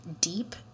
deep